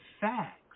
facts